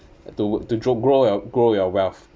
to w~ to grow your grow your wealth